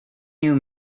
new